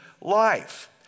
life